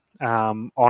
on